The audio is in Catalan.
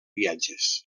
viatges